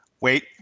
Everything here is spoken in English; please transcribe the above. wait